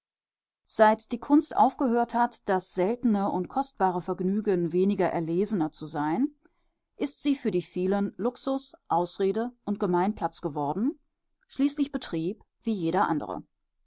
seit die kunst aufgehört hat das seltene und kostbare vergnügen weniger erlesener zu sein ist sie für die vielen luxus ausrede und gemeinplatz geworden schließlich betrieb wie jeder andere